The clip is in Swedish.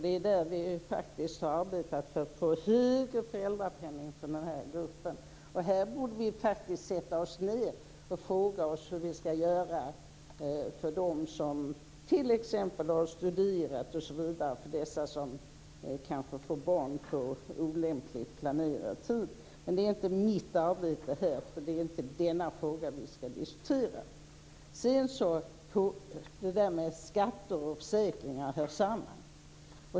Det är därför vi faktiskt har jobbat för att få högre föräldrapenning för den gruppen. Här borde vi faktiskt sätta oss ned och fråga oss hur vi ska göra för dem som t.ex. har studerat osv. och som kanske får barn vid en olämpligt planerad tidpunkt. Men det är inte mitt arbete här. Det är inte den frågan vi ska diskutera. Sedan vill jag säga något om det här med att skatter och försäkringar hör samman.